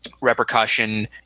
repercussion